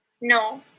no